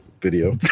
video